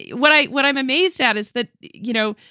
yeah what i what i'm amazed at is that, you know,